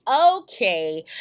okay